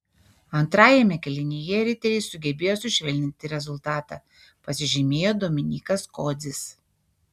antrajame kėlinyje riteriai sugebėjo sušvelninti rezultatą pasižymėjo dominykas kodzis